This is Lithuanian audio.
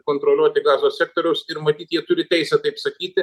kontroliuoti gazos sektoriaus ir matyt jie turi teisę taip sakyti